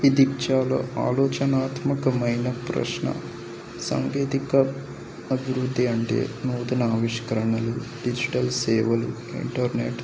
ఇది చాలా ఆలోచనాత్మకమైన ప్రశ్న సాంకేతిక అభివృద్ధి అంటే నూతన ఆవిష్కరణలు డిజిటల్ సేవలు ఇంటర్నెట్